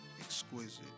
exquisite